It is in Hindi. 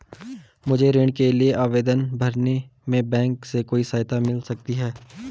मुझे ऋण के लिए आवेदन भरने में बैंक से कोई सहायता मिल सकती है?